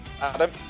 Adam